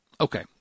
Okay